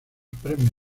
premios